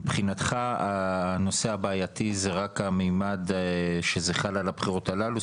מבחינתך הנושא הבעייתי זה רק הממד שזה חל על הבחירות הללו?